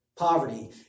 Poverty